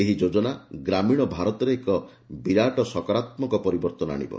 ଏହି ଯୋଜନା ଗ୍ରାମୀଣ ଭାରତରେ ଏକ ବିରାଟ ସକରାତୃକ ପରିବର୍ତନ ଆଣିବ